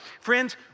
Friends